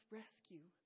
rescue